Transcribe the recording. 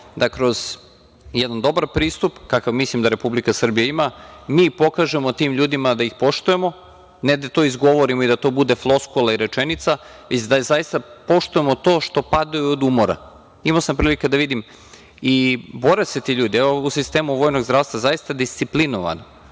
da kroz jedan dobar pristup kakav mislim da Republika Srbija ima mi pokažemo tim ljudima da ih poštujemo, ne da to izgovorimo i da to bude floskula i rečenica, već da zaista poštujemo to što padaju od umora. Imao sam prilike da vidim i bore se ti ljudi. Evo, u sistemu vojnog zdravstva zaista disciplinovan,